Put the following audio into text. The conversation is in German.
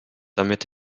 damit